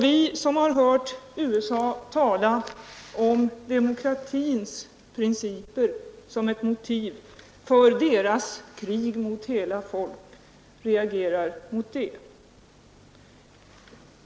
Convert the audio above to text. Vi som har hört USA tala om demokratins principer som ett motiv för dess krig mot hela folk reagerar mot detta.